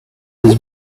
his